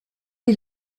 est